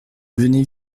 venez